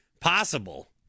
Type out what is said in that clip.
possible